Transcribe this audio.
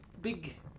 big